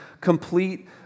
complete